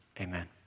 amen